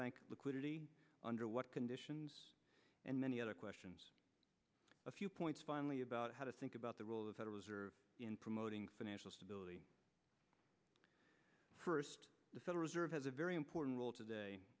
bank liquidity under what conditions and many other questions a few points finally about how to think about the role of the federal reserve in promoting financial stability first the federal reserve has a very important role today